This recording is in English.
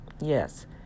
Yes